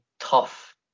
tough